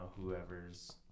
whoever's